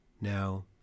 Now